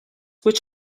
which